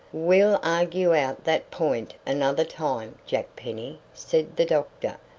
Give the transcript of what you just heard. we'll argue out that point another time, jack penny, said the doctor.